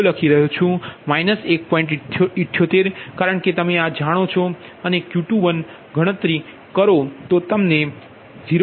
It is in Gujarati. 78 કારણ કે તમે આ જાણો છો અને Q21 ગણતરી કરો જો તમે ગણતરી કરો તો તમને 0